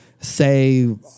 say